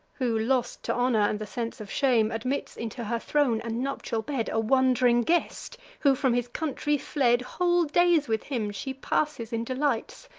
who, lost to honor and the sense of shame, admits into her throne and nuptial bed a wand'ring guest, who from his country fled whole days with him she passes in delights,